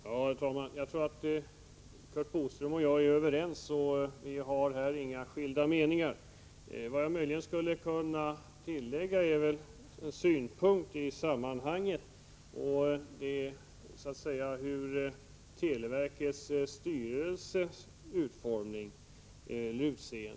Herr talman! Jag tror att Curt Boström och jag är överens, vi har här inga skilda meningar. Vad jag möjligen skulle kunna tillägga är en synpunkt i sammanhanget, och det gäller televerkets styrelses utformning.